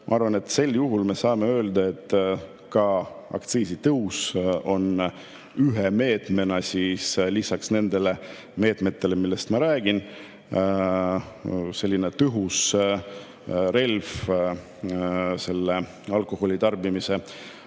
Ma arvan, et sel juhul me saame öelda, et ka aktsiisitõus on ühe meetmena lisaks nendele meetmetele, millest ma räägin, selline tõhus relv alkoholi tarbimise